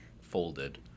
folded